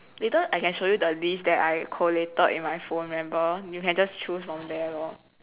later I can show you the list that I collated in my phone remember you can just choose from there lor